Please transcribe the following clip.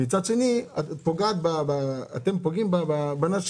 ומצד שני אתם פוגעים בנשים,